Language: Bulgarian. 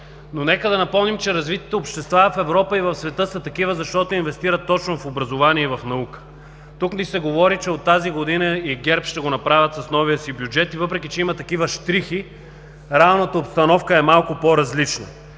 но нека да напомним, че развитите общества в Европа и в света са такива, защото инвестират точно в образование и в наука. Тук ни се говори, че от тази година и ГЕРБ ще го направи с новия си бюджет. Въпреки че има такива щрихи, реалната обстановка е малко по-различна.